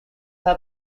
have